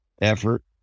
effort